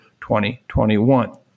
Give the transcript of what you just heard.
2021